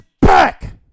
back